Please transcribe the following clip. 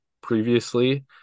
previously